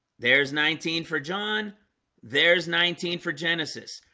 there's nineteen for john there's nineteen for genesis.